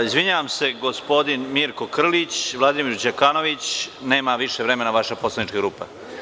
Izvinjavam se gospodin Mirko Krlić, Vladimir Đukanović, nema više vremena vaša poslanička grupa.